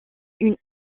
une